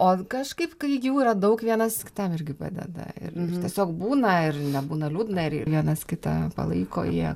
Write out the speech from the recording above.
o kažkaip kai jų yra daug vienas kitam irgi padeda ir tiesiog būna ir nebūna liūdna ir vienas kitą palaiko jie